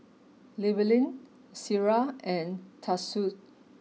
Llewellyn Ciera and Tatsuo